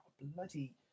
bloody